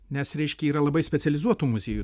nes reiškia yra labai specializuotų muziejų